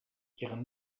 ihre